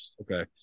Okay